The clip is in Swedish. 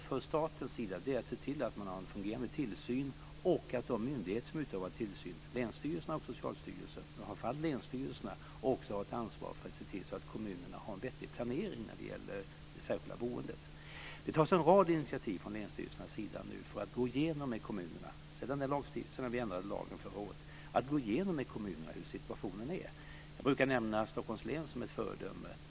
För staten gäller det att se till att man har en fungerande tillsyn och att de myndigheter som utövar tillsyn - det är länsstyrelserna och Socialstyrelsen, men framför allt länsstyrelserna - också har ett ansvar för att se till att kommunerna har en vettig planering när det gäller det särskilda boendet. Det tas nu en rad initiativ från länsstyrelsernas sida sedan vi ändrade lagen förra året för att man ska gå igenom med kommunerna hur situationen är. Jag brukar nämna Stockholms län som ett föredöme.